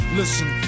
listen